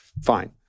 Fine